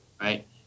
Right